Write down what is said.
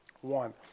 One